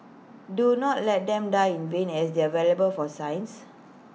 do not let them die in vain as they are valuable for science